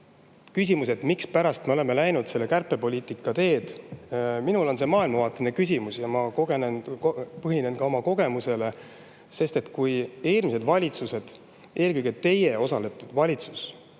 küsimus, mispärast me oleme läinud kärpepoliitika teed. Minul on see maailmavaateline küsimus ja ma põhinen ka oma kogemusel. Eelmised valitsused, eelkõige teie osalusega valitsus